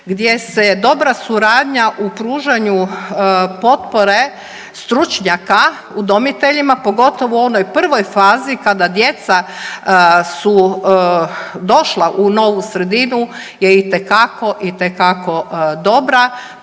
gdje se dobra suradnja u pružanju potpore stručnjaka udomiteljima pogotovo u onoj prvoj fazi kada djeca su došla u novu sredinu je itekako, itekako dobra,